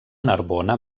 narbona